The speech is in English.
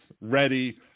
ready